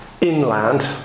inland